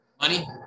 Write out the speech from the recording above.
Money